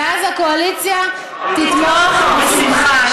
ואז הקואליציה תתמוך בשמחה.